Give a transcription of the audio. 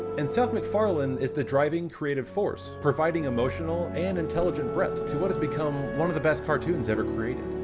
and seth macfarlane is the driving creative force, providing emotional and intelligent breath, to what has become one of the best cartoons ever created.